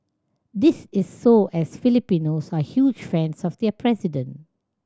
this is so as Filipinos are huge fans of their president